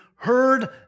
Heard